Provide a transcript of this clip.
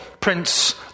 Prince